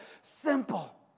simple